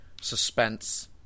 suspense